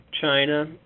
China